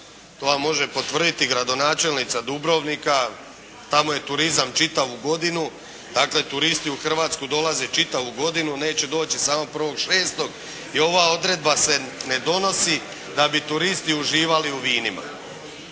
to vam može potvrditi gradonačelnica Dubrovnika, tamo je turizam čitavu godinu, dakle turisti u Hrvatsku dolaze čitavu godinu, neće doći samo 1.6. I ova odredba se ne donosi da bi turisti uživali u vinima,